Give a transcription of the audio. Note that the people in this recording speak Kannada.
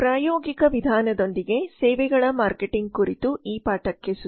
ಪ್ರಾಯೋಗಿಕ ವಿಧಾನದೊಂದಿಗೆ ಸೇವೆಗಳ ಮಾರ್ಕೆಟಿಂಗ್ ಕುರಿತು ಈ ಪಾಠಕ್ಕೆ ಸುಸ್ವಾಗತ